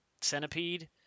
centipede